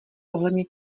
ohledně